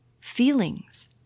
feelings